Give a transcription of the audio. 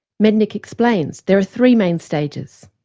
mednick explains there are three main stages.